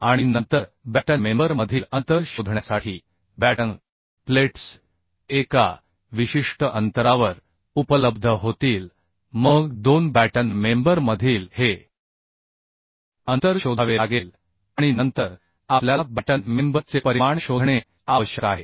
आणि नंतर batten member मधील अंतर शोधण्यासाठी बॅटन प्लेट्स एका विशिष्ट अंतरावर उपलब्ध होतील मग दोन बॅटन मेंबर मधील हे अंतर शोधावे लागेल आणि नंतर आपल्याला बॅटन मेंबर चे परिमाण शोधणे आवश्यक आहे